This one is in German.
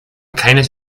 keines